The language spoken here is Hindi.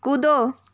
कूदो